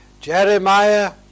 Jeremiah